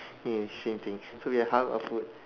ya same thing so we had halal food